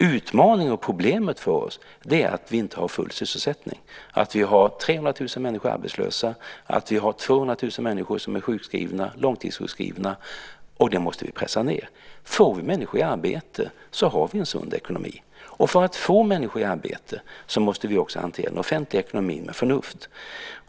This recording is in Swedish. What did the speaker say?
Utmaningen och problemet för oss är att vi inte har full sysselsättning. Vi har 300 000 människor arbetslösa, och vi har 200 000 människor som är långtidssjukskrivna. Det måste vi pressa ned. Får vi människor i arbete har vi en sund ekonomi. För att få människor i arbete måste vi hantera den offentliga ekonomin med förnuft.